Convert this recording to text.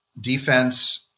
defense